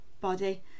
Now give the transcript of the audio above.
body